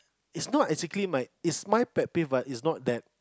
is not exactly my is my pet peeve but is not bad